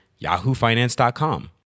yahoofinance.com